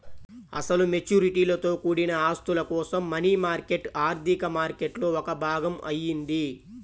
అసలు మెచ్యూరిటీలతో కూడిన ఆస్తుల కోసం మనీ మార్కెట్ ఆర్థిక మార్కెట్లో ఒక భాగం అయింది